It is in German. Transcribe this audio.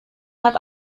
hat